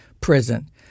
Prison